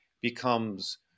becomes